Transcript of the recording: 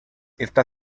está